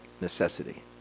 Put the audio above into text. necessity